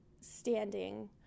standing